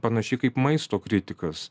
panašiai kaip maisto kritikas